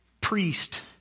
priest